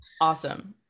Awesome